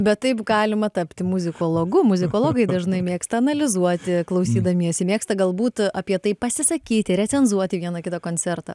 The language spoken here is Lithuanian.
bet taip galima tapti muzikologu muzikologai dažnai mėgsta analizuoti klausydamiesi mėgsta galbūt apie tai pasisakyti recenzuoti vieną kitą koncertą